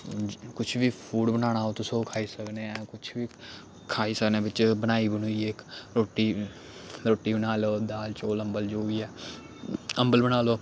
कुछ बी फूड बनाना हो तुस ओह् खाई सकने ऐ कुछ बी खाई सकने बिच्च बनाई बनई रोट्टी रोट्टी बना लैओ दाल चौल अम्बल जो बी ऐ अम्बल बना लै